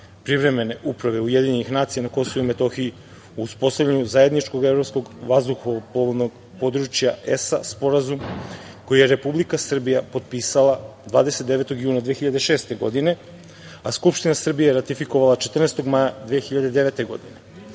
privremene uprave UN na Kosovu i Metohiji u uspostavljanju Zajedničkog evropskog vazduhoplovnog područja, ESSA sporazum koji je Republika Srbija potpisala 29. juna 2006. godine, a Skupština Srbije ratifikovala 14. maja 2009.